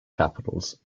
capitals